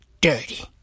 dirty